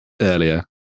earlier